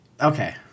Okay